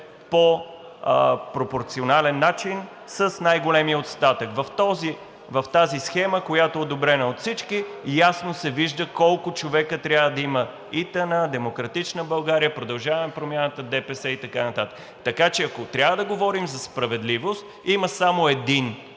по пропорционален начин с най-големия остатък. В тази схема, която е одобрена от всички, ясно се вижда колко човека трябва да има ИТН, „Демократична България“, „Продължаваме Промяната“, ДПС и така нататък. Така че, ако трябва да говорим за справедливост, има само един